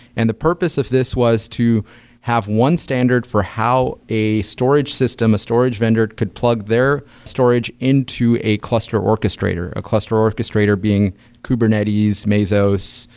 and the purpose of this was to have one standard for how a storage system, a storage vendor could plug their storage into a cluster orchestrator. a cluster orchestrator being kubernetes, mesos,